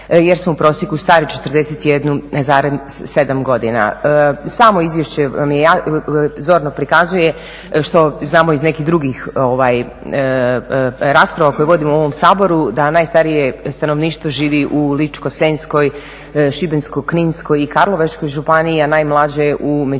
jer smo u prosjeku stari 41,7 godina. Samo izvješće zorno prikazuje što znamo iz nekih drugih rasprava koje vodimo u ovom Saboru da najstarije stanovništvo živi u Ličko-senjskoj, Šibensko-kninskoj i Karlovačkoj županiji, a najmlađe u Međimurskoj,